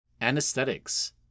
anesthetics